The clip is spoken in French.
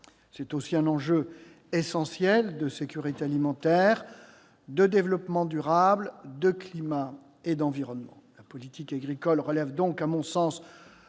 C'est aussi un enjeu essentiel de sécurité alimentaire, de développement durable, de climat et d'environnement. La politique agricole relève donc, à mon sens,